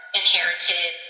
inherited